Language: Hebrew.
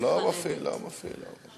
לילה טוב לכולנו.